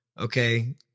okay